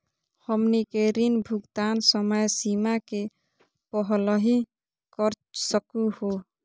हमनी के ऋण भुगतान समय सीमा के पहलही कर सकू हो?